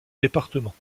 département